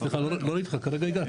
סליחה, לא ראיתי אותך, כרגע הגעת לא?